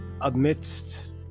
amidst